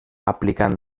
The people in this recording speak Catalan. aplicant